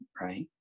right